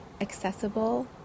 accessible